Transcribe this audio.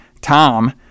Tom